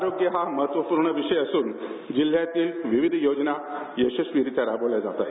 आरोग्य हा महत्वपूर्ण विषय असून जिल्ह्यातील विविध योजना यशस्वीरित्या राबविल्या जात आहे